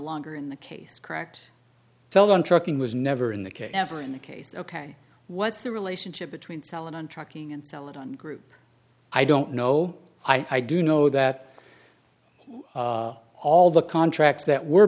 longer in the case cracked fell on trucking was never in the case never in the case ok what's the relationship between celan on trucking and sell it on group i don't know i do know that all the contracts that were